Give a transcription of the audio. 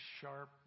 sharp